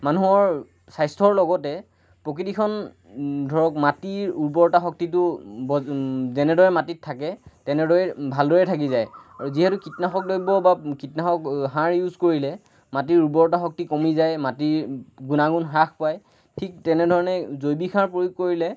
মানুহৰ স্বাস্থ্যৰ লগতে প্ৰকৃতিখন ধৰক মাটিৰ উৰ্বৰা শক্তিটো ব যেনেদৰে মাটিত থাকে তেনেদৰে ভালদৰে থাকি যায় যিহেতুকে কীটনাশক দৰৱ বা কীটনাশক সাৰ ইউজ কৰিলে মাটিৰ উৰ্বৰতা শক্তি কমি যায় মাটিৰ গুণাগুণ হ্ৰাস পায় ঠিক তেনেদৰে জৈৱিক সাৰ প্ৰয়োগ কৰিলে